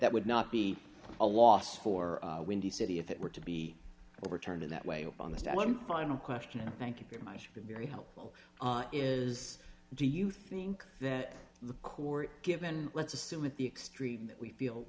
that would not be a loss for windy city if it were to be overturned in that way on this one final question and thank you very much for a very helpful is do you think that the court given let's assume at the extreme that we feel